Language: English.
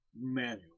manual